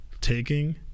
taking